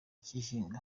cy’ihinga